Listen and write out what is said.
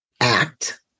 act